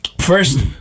First